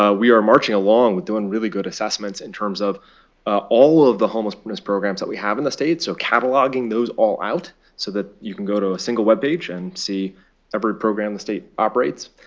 ah we are marching along with doing really good assessments in terms of all of the homelessness programs that we have in the state, so cataloging those all out so that you can go to a single web page and see every program the state operates,